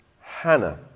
Hannah